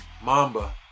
Mamba